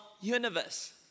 universe